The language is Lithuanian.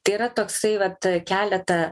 tai yra toksai vat keletą